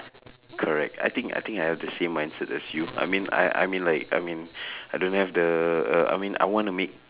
correct I think I think I have the same mindset as you I mean I I mean like I mean I don't have the I mean I wanna make